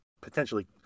potentially